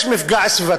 יש מפגע סביבתי,